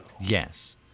Yes